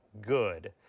good